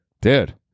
dude